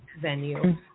venue